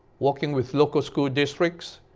working with local school districts,